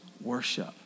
worship